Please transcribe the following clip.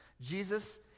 Jesus